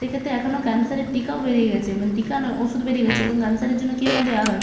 সেক্ষেত্রে এখনও ক্যানসারের টিকাও বেরিয়ে গিয়েছে মানে টিকা নয় ওষুধ বেরিয়ে গিয়েছে এবং ক্যানসারের জন্য কেমো দেওয়া হয়